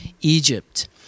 Egypt